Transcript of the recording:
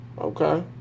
okay